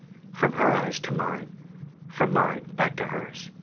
from her eyes to mine from mine back to hers.